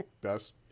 best